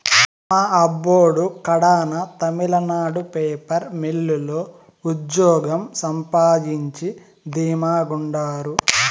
మా అబ్బోడు కడాన తమిళనాడు పేపర్ మిల్లు లో ఉజ్జోగం సంపాయించి ధీమా గుండారు